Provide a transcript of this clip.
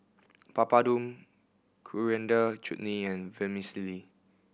Papadum Coriander Chutney and Vermicelli